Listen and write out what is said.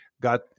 got